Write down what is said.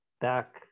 back